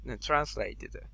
translated